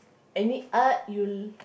any art you'll